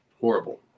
Horrible